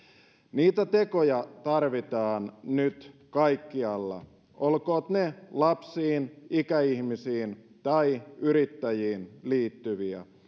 niitä tekoja tarvitaan nyt kaikkialla olkoot ne lapsiin ikäihmisiin tai yrittäjiin liittyviä